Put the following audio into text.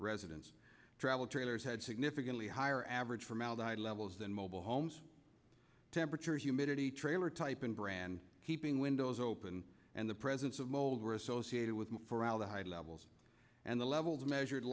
residents travel trailers had significantly higher average formaldehyde levels than mobile homes temperature humidity trailer type and brand keeping windows open and the presence of mold were associated with formaldehyde levels and the levels measured